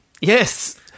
Yes